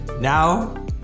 now